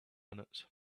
minutes